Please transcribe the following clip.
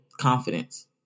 confidence